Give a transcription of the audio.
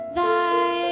thy